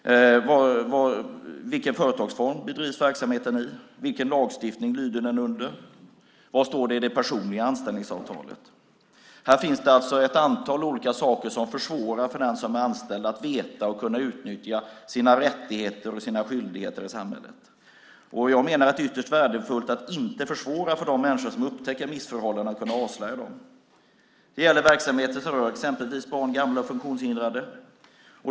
Vilken företagsform bedrivs verksamheten i? Vilken lagstiftning lyder den under? Vad står det i det personliga anställningsavtalet? Det finns alltså ett antal saker som gör det svårt för den som är anställd att veta och kunna utnyttja sina rättigheter och skyldigheter i samhället. Jag menar att det är ytterst värdefullt att inte försvåra för de människor som upptäcker missförhållanden att avslöja dem. Det gäller verksamheter som rör exempelvis barn, gamla och funktionshindrade.